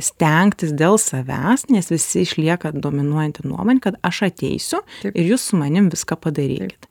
stengtis dėl savęs nes visi išlieka dominuojanti nuomonė kad aš ateisiu ir jūs su manim viską padarykit